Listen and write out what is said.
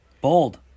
Bold